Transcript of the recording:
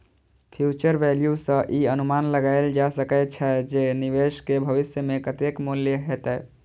future value सं ई अनुमान लगाएल जा सकै छै, जे निवेश के भविष्य मे कतेक मूल्य हेतै